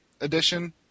edition